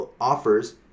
offers